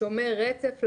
שומר רצף לעובד,